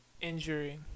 injury